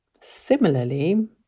Similarly